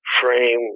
frame